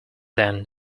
then